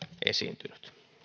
esiintynyt